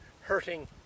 hurting